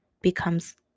becomes